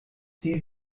sie